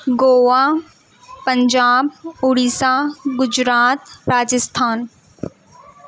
Goa Punjab Orissa Gujarat Rajasthan